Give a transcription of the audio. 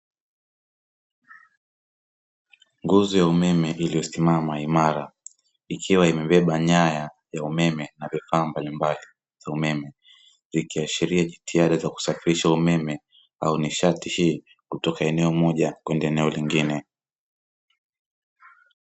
Nguzo ya umeme iliyosimama imara, ikiwa imebeba nyaya ya umeme na vifaa mbalimbali vya umeme. Ikiashiria jitihada za kusafirisha umeme au nishati hii kutoka eneo moja kwenda eneo lingine.